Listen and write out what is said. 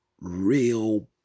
real